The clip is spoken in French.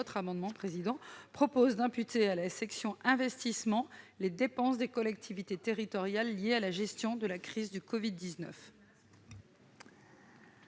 Cet amendement vise donc à imputer à la section investissement les dépenses des collectivités territoriales liées à la gestion de la crise du Covid-19.